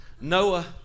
Noah